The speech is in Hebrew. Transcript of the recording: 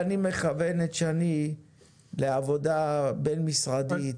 אני מכוון את שני לעבודה בין משרדית.